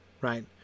right